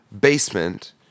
basement